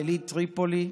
יליד טריפולי,